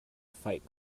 fight